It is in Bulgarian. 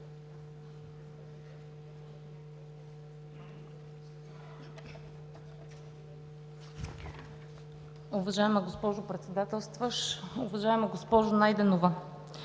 Уважаема госпожо Председателстваща, уважаема госпожо Найденова!